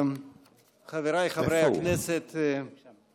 חבריי חברי הכנסת, איפה הוא?